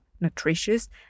nutritious